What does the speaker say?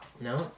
No